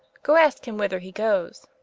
goe aske him, whither he goes?